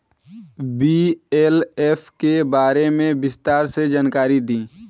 BLF के बारे में विस्तार से जानकारी दी?